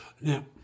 Now